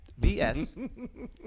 BS